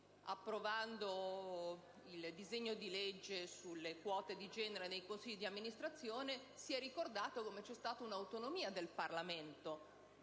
nell'approvare il disegno di legge sulle quote di genere nei consigli di amministrazione, si è ribadito come ci sia stata un'autonomia del Parlamento